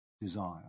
desire